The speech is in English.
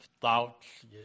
thoughts